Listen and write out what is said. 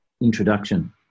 introduction